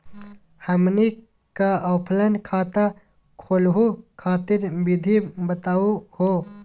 हमनी क ऑफलाइन खाता खोलहु खातिर विधि बताहु हो?